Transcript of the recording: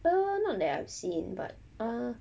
err not that I've seen but ah